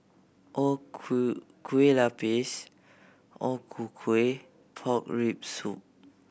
O ku kue lupis O Ku Kueh pork rib soup